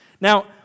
Now